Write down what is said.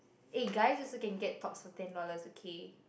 eh guys also can get tops for ten dollars okay